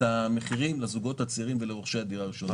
המחירים לזוגות הצעירים ולרוכשי הדירה הראשונה.